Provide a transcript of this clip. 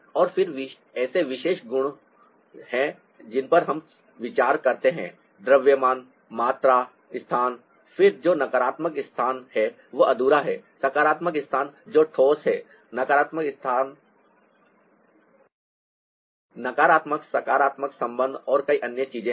और फिर ऐसे विशेष गुण हैं जिन पर हम विचार करते हैं द्रव्यमान मात्रा स्थान फिर जो नकारात्मक स्थान है वह अधूरा है सकारात्मक स्थान जो ठोस है नकारात्मक सकारात्मक संबंध और कई अन्य चीजें हैं